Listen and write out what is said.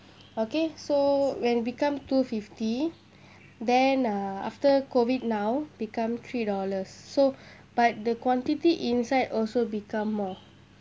okay so when become two fifty then uh after COVID now become three dollars so but the quantity inside also become more